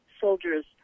soldiers